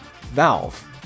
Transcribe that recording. Valve